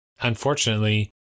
unfortunately